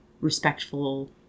respectful